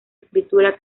escritura